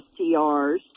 STRs